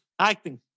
acting